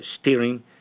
steering